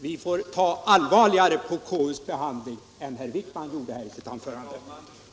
Vi får ta allvarligare på KU:s behandling än herr Wijkman gjorde i sitt anförande.